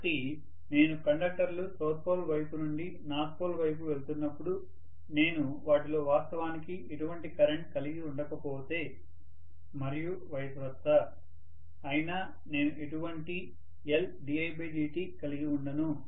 కాబట్టి నేను కండక్టర్లు సౌత్ పోల్ వైపు నుండి నార్త్ పోల్ వైపు వెళ్తున్నప్పుడు నేను వాటిలో వాస్తవానికి ఎటువంటి కరెంట్ కలిగి ఉండకపోతే మరియు వ్యత్యస్తంగా అయినా నేను ఎటువంటి Ldidt కలిగి వుండను